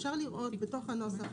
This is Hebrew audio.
אפשר לראות בתוך הנוסח,